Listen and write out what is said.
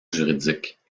juridiques